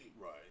Right